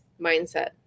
mindset